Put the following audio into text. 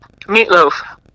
Meatloaf